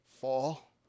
fall